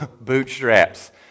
bootstraps